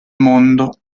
mondo